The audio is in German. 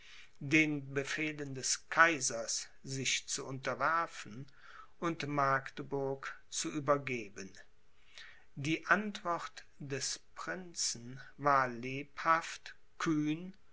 den befehlen des kaisers sich zu unterwerfen und magdeburg zu übergeben die antwort des prinzen war lebhaft und kühn